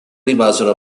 rimasero